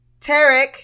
Tarek